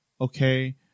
okay